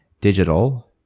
digital